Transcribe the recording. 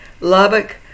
Lubbock